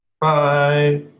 Bye